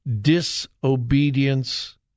disobedience